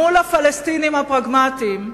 מול הפלסטינים הפרגמטיים,